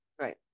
Right